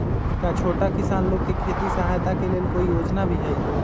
का छोटा किसान लोग के खेती सहायता के लेंल कोई योजना भी हई?